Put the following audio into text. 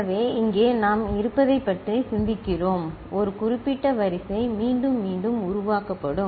எனவே இங்கே நாம் இருப்பதைப் பற்றி சிந்திக்கிறோம் ஒரு குறிப்பிட்ட வரிசை மீண்டும் மீண்டும் உருவாக்கப்படும்